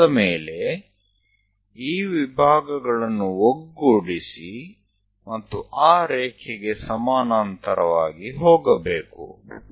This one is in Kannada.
ಇದಾದ ಮೇಲೆ ಈ ವಿಭಾಗಗಳನ್ನು ಒಗ್ಗೂಡಿಸಿ ಮತ್ತು ಆ ರೇಖೆಗೆ ಸಮಾನಾಂತರವಾಗಿ ಹೋಗಬೇಕು